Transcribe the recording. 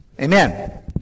Amen